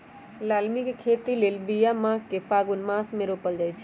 लालमि के खेती लेल बिया माघ से फ़ागुन मास मे रोपल जाइ छै